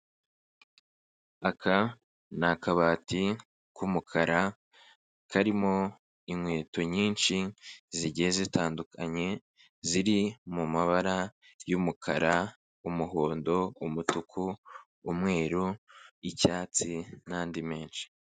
Aka ni akabati k'umukara karimo inkweto nyinshi zigiye zitandukanye ziri mu mabara y'umukara, umuhondo, umutuku, umweru, icyatsi n'andi menshi.